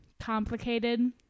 complicated